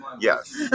yes